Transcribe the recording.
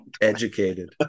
educated